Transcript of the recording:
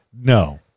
no